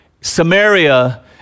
Samaria